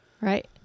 right